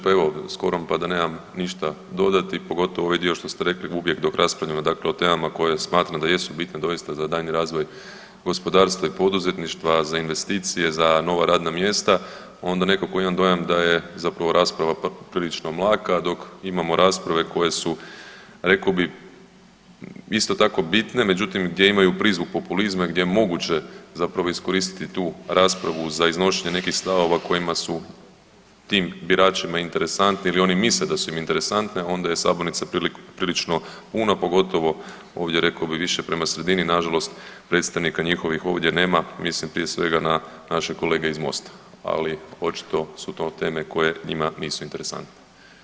Pa evo, skoro pa da nemam ništa dodati, pogotovo ovaj dio što ste rekli, uvijek dok raspravljamo dakle o temama koje smatram da jesu bitne doista za daljnji razvoj gospodarstva i poduzetništva, za investicije, za nova radna mjesta, onda nekako imamo dojam da je zapravo rasprava poprilično mlaka, dok imamo rasprave koje su, rekao bih, isto tako bitne, međutim, gdje imaju prizvuk populizma i gdje je moguće zapravo iskoristiti tu raspravu za iznošenje nekih stavova kojima su tim biračima interesantni ili oni misle da su im interesantne, onda je sabornica prilično puna, pogotovo ovdje, rekao bih, više prema sredini, nažalost predstavnika njihovih ovdje nema, mislim prije svega na naše kolege iz Mosta, ali očito su to teme koje njima nisu interesantne.